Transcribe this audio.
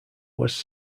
was